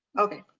okay.